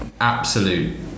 absolute